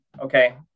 okay